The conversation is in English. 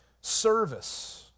Service